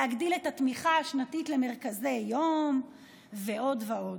להגדיל את התמיכה השנתית למרכזי יום ועוד ועוד.